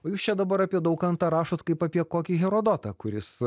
o jūs čia dabar apie daukantą rašot kaip apie kokį herodotą kuris